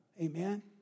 Amen